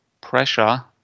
pressure